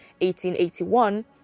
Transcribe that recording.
1881